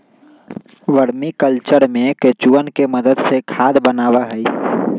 vermi culture में केंचुवन के मदद से खाद बनावा हई